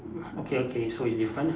okay okay so it's different lah